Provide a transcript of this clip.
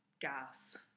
gas